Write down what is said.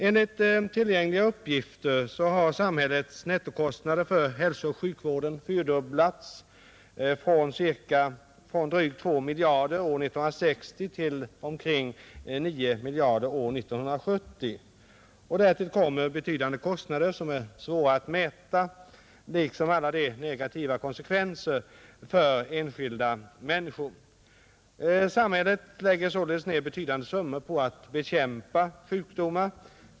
Enligt tillgängliga uppgifter har samhällets nettokostnader för hälsooch sjukvården fyrdubblats från drygt 2 miljarder år 1960 till omkring 9 miljarder år 1970. Därtill kommer betydande kostnader, som är svåra att mäta, liksom alla negativa konsekvenser för enskilda människor. Samhället lägger således ner betydande summor på att bekämpa sjukdomar.